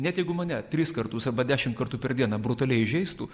net jeigu mane tris kartus arba dešimt kartų per dieną brutaliai įžeistų